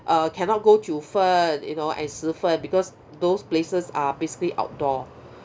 uh cannot go jiufen you know and shifen because those places are basically outdoor